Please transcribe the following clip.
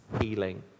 healing